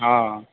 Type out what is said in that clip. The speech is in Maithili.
हँ